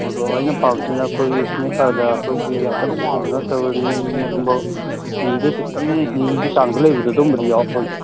ꯑꯗꯣ ꯑꯩꯅ ꯄꯥꯝꯃꯤꯁꯤꯅ ꯑꯩꯈꯣꯏꯒꯤ ꯏꯁꯅꯤꯛꯀꯔꯗ ꯑꯩꯈꯣꯏꯒꯤ ꯌꯥꯝ ꯀꯟꯅ ꯋꯥꯡꯕꯁꯨ ꯅꯠꯇꯕ ꯅꯤꯒꯨꯝꯕ ꯅꯤꯗꯩ ꯈꯤꯇꯪ ꯅꯤꯒꯤ ꯆꯥꯡꯗ ꯂꯩꯕ ꯑꯗꯨꯝꯕꯗꯗꯤ ꯌꯥꯎꯔꯛꯄ꯭ꯔꯣ